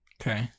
Okay